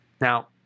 Now